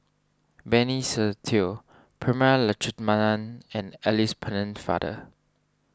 Benny Se Teo Prema Letchumanan and Alice Pennefather